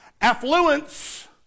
affluence